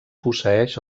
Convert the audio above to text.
posseeix